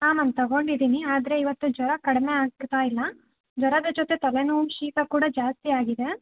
ಹಾಂ ಮ್ಯಾಮ್ ತಗೊಂಡಿದ್ದೀನಿ ಆದರೆ ಇವತ್ತು ಜ್ವರ ಕಡಿಮೆ ಆಗ್ತಾ ಇಲ್ಲ ಜ್ವರದ ಜೊತೆ ತಲೆನೋವು ಶೀತ ಕೂಡ ಜಾಸ್ತಿ ಆಗಿದೆ